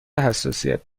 حساسیت